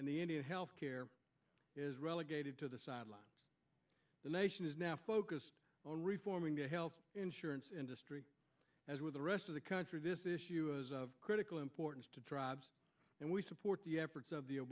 the health care is relegated to the sidelines the nation is now focused on reforming the health insurance industry as with the rest of the country this issue is of critical importance to tribes and we support the efforts of the